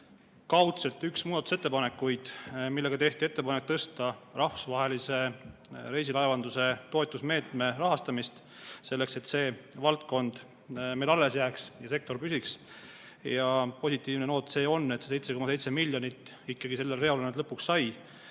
Rahvaerakonna muudatusettepanek, millega tehti ettepanek tõsta rahvusvahelise reisilaevanduse toetusmeetme rahastamist, selleks et see valdkond meil alles jääks ja sektor püsiks. See on positiivne noot, et see 7,7 miljonit sellele reale nüüd lõpuks sai.